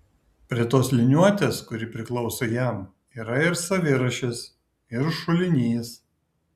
prie tos liniuotės kuri priklauso jam yra ir savirašis ir šulinys